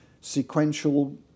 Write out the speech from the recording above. sequential